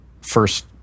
first